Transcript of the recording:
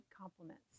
compliments